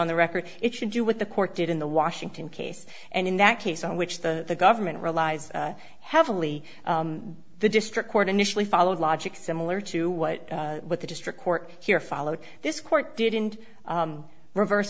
on the record it should do what the court did in the washington case and in that case in which the government relies heavily on the district court initially followed logic similar to what what the district court here followed this court didn't reverse